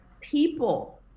people